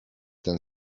ten